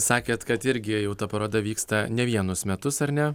sakėt kad irgi jau ta paroda vyksta ne vienus metus ar ne